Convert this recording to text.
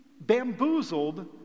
bamboozled